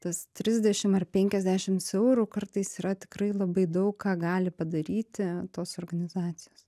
tas trisdešim ar penkiasdešims eurų kartais yra tikrai labai daug ką gali padaryti tos organizacijos